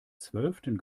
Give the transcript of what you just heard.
zwölften